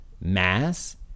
Mass